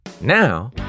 now